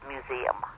Museum